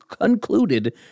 concluded